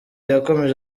yakomeje